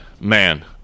man